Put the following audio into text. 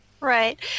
right